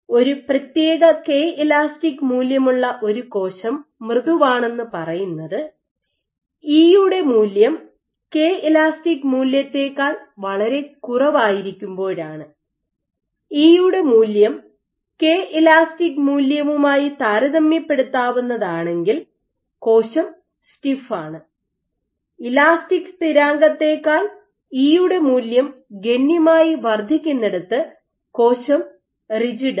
ഒരു പ്രത്യേക K elastic മൂല്യമുള്ള ഒരു കോശം മൃദുവാണെന്ന് പറയുന്നത് ഇ യുടെ മൂല്യം കെ ഇലാസ്റ്റിക് മൂല്യത്തേക്കാൾ വളരെ കുറവായിരിക്കുമ്പോഴാണ് ഇ യുടെ മൂല്യം കെ ഇലാസ്റ്റിക് മൂല്യവുമായി താരതമ്യപ്പെടുത്താവുന്നതാണെങ്കിൽ കോശം സ്റ്റിഫാണ് ഇലാസ്റ്റിക് സ്ഥിരാങ്കത്തേക്കാൾ ഇ യുടെ മൂല്യം ഗണ്യമായി വർദ്ധിക്കുന്നിടത്ത് കോശം റിജിടാണ്